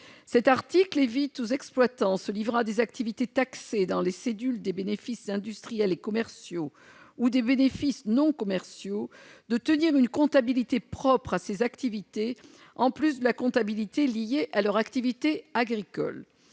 Cet article évite aux exploitants se livrant à des activités taxées dans les cédules des bénéfices industriels et commerciaux ou des bénéfices non commerciaux de tenir une comptabilité propre à ces activités, en sus de la comptabilité liée à leur activité agricole.